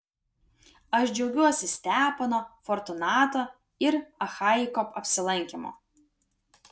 aš džiaugiuosi stepono fortunato ir achaiko apsilankymu